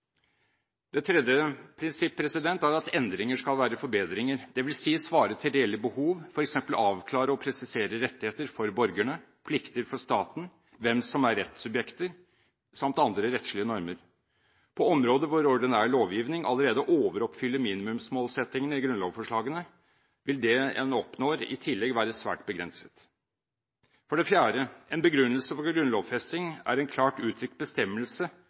det tredje: Endringer skal være forbedringer, dvs. svare til reelle behov, f.eks. avklare og presisere rettigheter for borgerne, plikter for staten, hvem som er rettssubjekter, samt andre rettslige normer. På områder hvor ordinær lovgivning allerede overoppfyller minimumsmålsettingene i grunnlovsforslagene, vil det en oppnår i tillegg, være svært begrenset. For det fjerde: En begrunnelse for grunnlovfesting er at en klart uttrykt bestemmelse